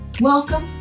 Welcome